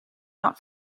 not